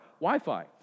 Wi-Fi